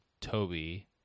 Toby